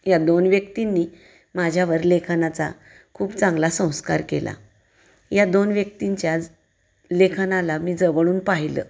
या दोन व्यक्तींनी माझ्यावर लेखनाचा खूप चांगला संस्कार केला या दोन व्यक्तींच्याच लेखनाला मी जवळून पाहिलं